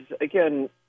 again